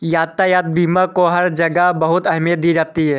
यातायात बीमा को हर जगह बहुत अहमियत दी जाती है